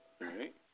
Right